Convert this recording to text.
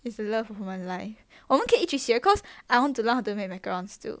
it's the love of my life 我们可以一起学 cause I want to learn how to make macarons too